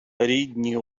рідні